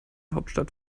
hauptstadt